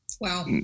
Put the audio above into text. Wow